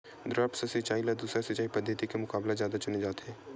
द्रप्स सिंचाई ला दूसर सिंचाई पद्धिति के मुकाबला जादा चुने जाथे